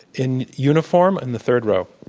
in uniform, and the third row.